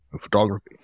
photography